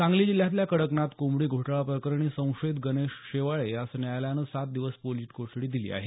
सांगली जिल्ह्यातल्या कडकनाथ कोंबडी घोटाळा प्रकरणी संशयित गणेश शेवाळे यास न्यायालयानं सात दिवस पोलीस कोठडी दिली आहे